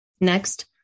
Next